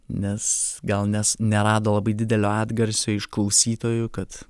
nes gal nes nerado labai didelio atgarsio iš klausytojų kad